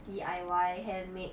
D_I_Y handmade